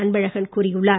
அன்பழகன் கூறியுள்ளார்